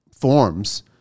forms